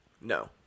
No